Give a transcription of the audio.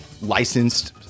licensed